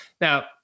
Now